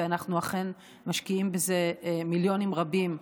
ואנחנו אכן משקיעים בזה מיליונים רבים,